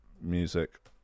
music